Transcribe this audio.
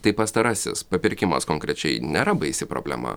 tai pastarasis papirkimas konkrečiai nėra baisi problema